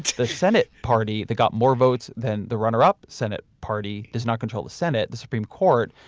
the senate party that got more votes than the runner up senate party does not control the senate, the supreme court,